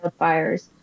wildfires